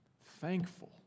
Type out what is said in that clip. thankful